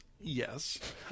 yes